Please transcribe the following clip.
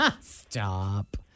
Stop